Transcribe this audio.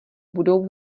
budou